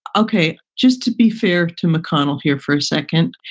ok. just to be fair to mcconnell here for a second,